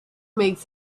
makes